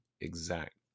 exact